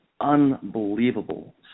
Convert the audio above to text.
unbelievable